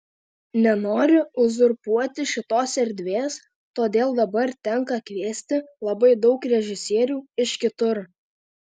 nenoriu uzurpuoti šitos erdvės todėl dabar tenka kviesti labai daug režisierių iš kitur